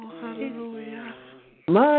hallelujah